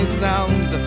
sound